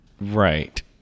Right